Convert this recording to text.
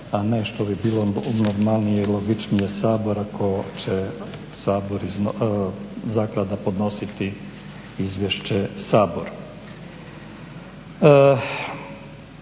a ne što bi bilo normalnije i logičnije Sabor ako će zaklada podnositi izvješće Saboru.